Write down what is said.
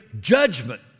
judgment